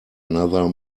another